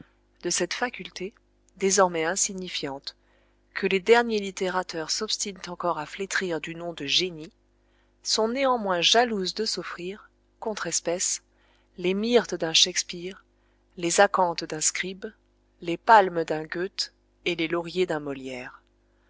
de cette faculté désormais insignifiante que les derniers littérateurs s'obstinent encore à flétrir du nom de génie sont néanmoins jalouses de s'offrir contre espèces les myrtes d'un shakespeare les acanthes d'un scribe les palmes d'un gœthe et les lauriers d'un molière